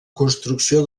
construcció